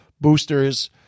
boosters